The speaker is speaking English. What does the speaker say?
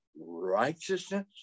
Righteousness